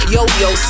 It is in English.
Yo-Yo